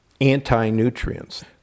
anti-nutrients